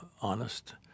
honest